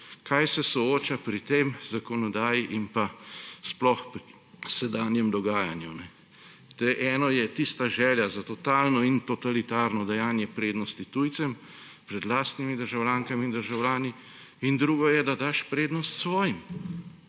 kaj se sooča pri tej zakonodaji in sploh sedanjem dogajanju. Eno je tista želja za totalno in totalitarno dajanje prednosti tujcem pred lastnimi državljankami in državljani in drugo je, da daš prednost svojim.